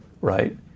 right